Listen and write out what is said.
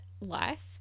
life